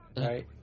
right